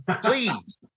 Please